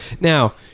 Now